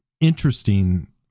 interesting